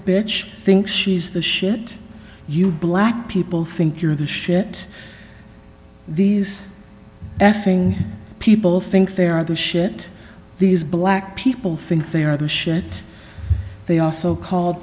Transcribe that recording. bitch think she's the shit you black people think you're the shit these effing people think they are the shit these black people think they are the shit they also call